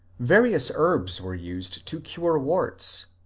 various herbs were used to cure warts,